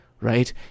right